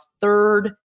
third